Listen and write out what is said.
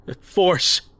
Force